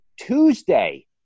Tuesday